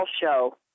show